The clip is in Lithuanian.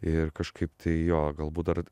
ir kažkaip tai jo galbūt dar